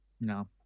No